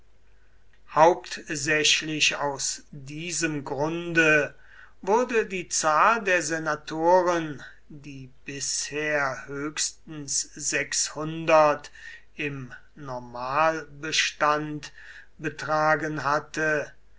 hauptsächlich aus diesem grunde wurde die zahl der senatoren die bisher höchstens sechshundert im normalbestand betragen hatte